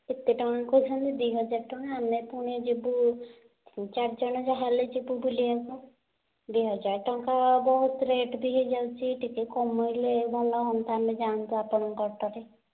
ଏତେ ଟଙ୍କା କହୁଛନ୍ତି ଦୁଇ ହଜାର ଟଙ୍କା ଆମେ ପୁଣି ଯିବୁ ଚାରି ଜଣ ଯାହା ହେଲେ ଯିବୁ ବୁଲିବାକୁ ଦୁଇ ହଜାର ଟଙ୍କା ବହୁତ ରେଟ୍ ବି ହୋଇଯାଉଛି ଟିକେ କମାଇଲେ ଭଲ ହୁଅନ୍ତା ଆମେ ଯାଆନ୍ତୁ ଆପଣଙ୍କ ଅଟୋରେ